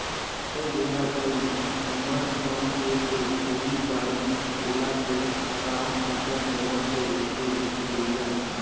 जय जोहार भाई, हमर मन के तो ओहीं बाड़ी कोला के काम बूता चलत हे रे भइया